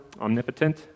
omnipotent